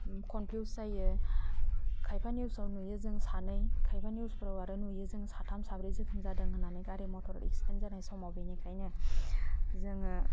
confuse जायो खायफा निउसआव नुयो जों सानै खायफा निउसफ्राव आरो नुयो जों साथाम साब्रै जोखोम जादों होन्नानै गारि मथर एक्सदेन्ट जानाय समाव बेनिखायनो जोङो